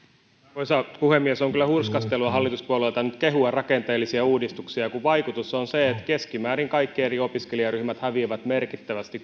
arvoisa puhemies on kyllä hurskastelua hallituspuolueilta nyt kehua rakenteellisia uudistuksia kun vaikutus on se että keskimäärin kaikki eri opiskelijaryhmät häviävät merkittävästi